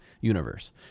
universe